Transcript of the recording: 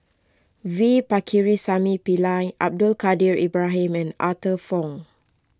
V Pakirisamy Pillai Abdul Kadir Ibrahim and Arthur Fong